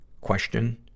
Question